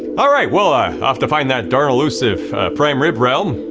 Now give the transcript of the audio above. all right, well ah off to find that darn elusive prime rib realm.